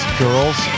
girls